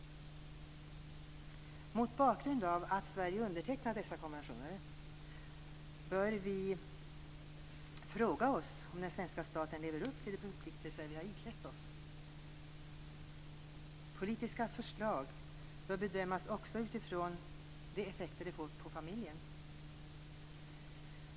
Mot bakgrund av att Sverige undertecknat dessa konventioner bör vi fråga oss om den svenska staten lever upp till de förpliktelser vi har påtagit oss. Politiska förslag bör bedömas också utifrån de effekter de får för familjen.